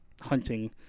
hunting